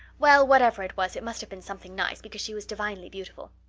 well, whatever it was it must have been something nice because she was divinely beautiful.